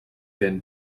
been